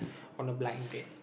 on a blind date